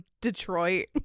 Detroit